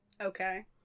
Okay